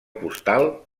postal